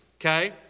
okay